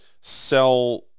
sell